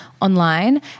online